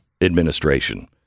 administration